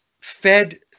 fed